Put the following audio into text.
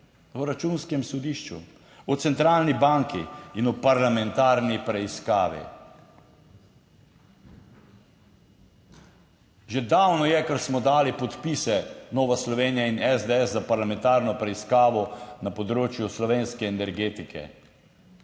o Računskem sodišču, o centralni banki in o parlamentarni preiskavi. Že davno je, kar smo dali podpise Nova Slovenija in SDS za parlamentarno preiskavo na področju slovenske energetike,